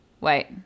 wait